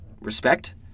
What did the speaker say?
respect